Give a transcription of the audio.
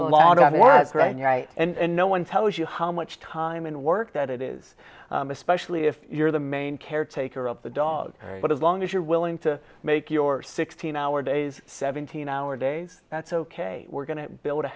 a lot of work and no one tells you how much time and work that it is especially if you're the main caretaker of the dog but as long as you're willing to make your sixteen hour days seventeen hour days that's ok we're going to build a